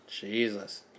Jesus